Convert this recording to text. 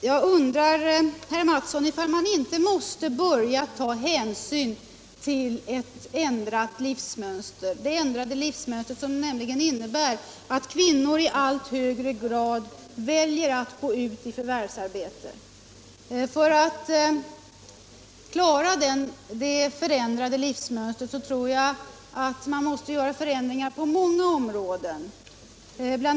Herr talman! Jag undrar, herr Mattsson, om man inte måste börja ta hänsyn till ett ändrat livsmönster — det ändrade livsmönster nämligen som det innebär att kvinnor i allt högre grad väljer att gå ut i förvärvsarbetet. För att de skall kunna klara detta tror jag att det krävs förändringar på många områden. Bl.